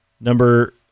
Number